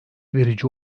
verici